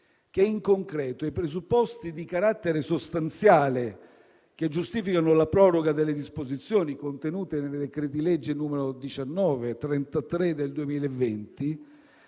che, in concreto, i presupposti di carattere sostanziale che giustificano la proroga delle disposizioni contenute nei decreti-legge nn. 19 e 33 del 2020,